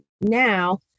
now